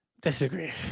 Disagree